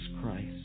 Christ